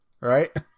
right